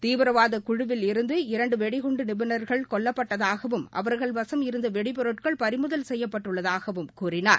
தீவிரவாத குழுவில் இருந்த இரண்டு வெடிகுண்டு நிபுணர்கள் கொல்லப்பட்டுள்ளதாகவும் அவர்கள் வசம் இருந்த வெடிப்பொருட்கள் பறிமுதல் செய்யப்பட்டுள்ளதாகவும் கூறினார்